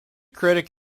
critic